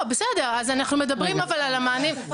בסדר, אז אנחנו מדברים על המענים.